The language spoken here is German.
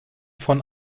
von